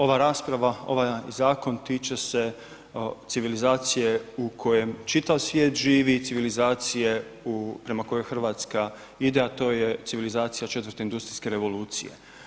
Ova rasprava, ovaj zakon tiče se civilizacije u kojem čitav svijet živi, civilizacije prema kojoj hrvatska ide, a to je civilizacija 4. industrijske revolucije.